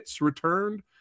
returned